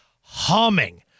humming